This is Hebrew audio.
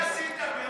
אבל מה עשית?